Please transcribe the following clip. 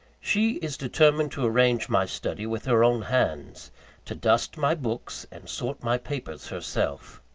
she is determined to arrange my study with her own hands to dust my books, and sort my papers herself.